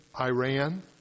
Iran